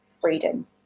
freedom